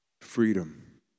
Freedom